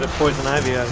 ah poison ivy yeah